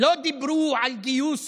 לא דיברו על גיוס